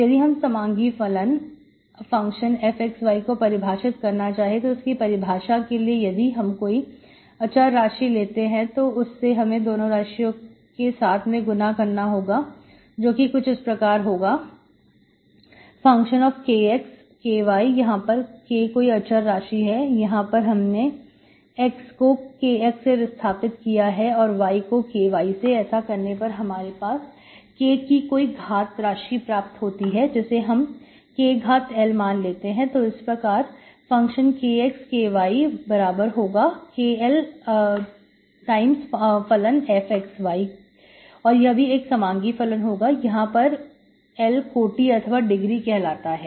तो यदि हम समांगी फलन fxy को परिभाषित करना चाहे तो इसकी परिभाषा के लिए यदि हम कोई अचर राशि लेते हैं तो उससे हमें दोनों राशियों के साथ में गुणा करना होगा जो कि कुछ इस प्रकार होगा fKxKy यहां पर K कोई अचर राशि है यहां पर हमने x को Kx से विस्थापित किया है और y को Ky से ऐसा करने पर हमारे पास K कि कोई घात राशि प्राप्त होगी जिसे हम K घात L मान लेते हैं तो इस प्रकार fKxKyKLfxy भी एक समांगी फलन होगा यहां पर L कोटि अथवा डिग्री कहलाता है